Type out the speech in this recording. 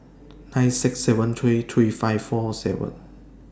nine six seven three three five four three